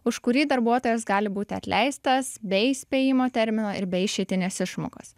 už kurį darbuotojas gali būti atleistas be įspėjimo termino ir be išeitinės išmokos